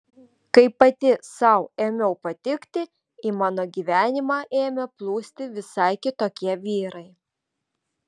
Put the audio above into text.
kai pati sau ėmiau patikti į mano gyvenimą ėmė plūsti visai kitokie vyrai